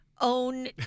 Own